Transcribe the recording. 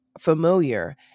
familiar